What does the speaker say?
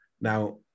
Now